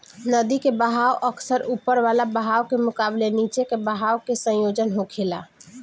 नदी के बहाव अक्सर ऊपर वाला बहाव के मुकाबले नीचे के बहाव के संयोजन होखेला